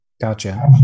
Gotcha